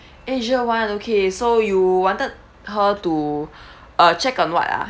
asia [one] okay so you wanted her to uh check on what ah